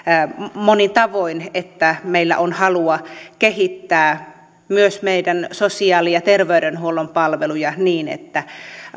monin tavoin että meillä on halua kehittää myös meidän sosiaali ja terveydenhuollon palveluja niin että